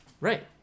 Right